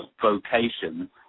vocation